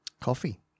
Coffee